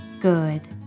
Good